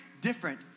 different